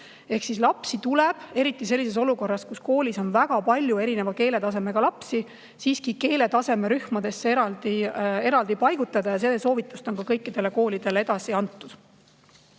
suur. Lapsi tuleb, eriti olukorras, kus koolis on väga palju erineva keeletasemega lapsi, siiski keeletasemerühmadesse eraldi paigutada. See soovitus on kõikidele koolidele edasi antud.